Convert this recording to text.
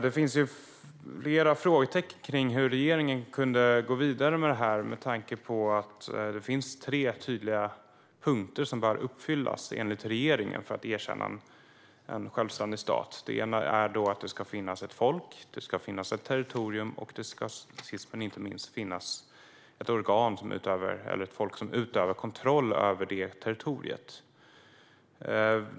Det finns flera frågetecken kring hur regeringen kunde gå vidare med detta med tanke på att det finns tre tydliga krav som enligt regeringen bör uppfyllas för att erkänna en självständig stat: det ska finnas ett folk, det ska finnas ett territorium och sist men inte minst ska det finnas ett organ eller folk som utövar kontroll över territoriet.